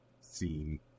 scene